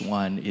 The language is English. one